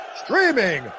streaming